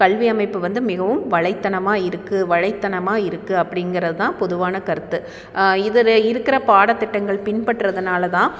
கல்வி அமைப்பு வந்து மிகவும் வலைத்தனமாக இருக்குது வலைத்தனமாக இருக்குது அப்படிங்கறதுதான் பொதுவான கருத்து இதில் இருக்கிற பாடத்திட்டங்கள் பின்பற்றதனால்தான்